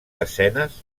escenes